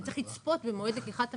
אתה צריך לצפות, במועד לקיחת המשכנתא,